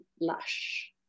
lush